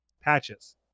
patches